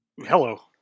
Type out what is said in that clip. Hello